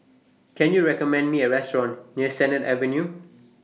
Can YOU recommend Me A Restaurant near Sennett Avenue